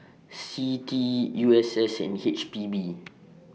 CITI U S S and H P B